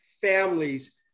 families